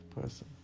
person